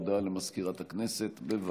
הודעה למזכירת הכנסת, בבקשה.